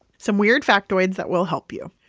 some weird factoids that will help you.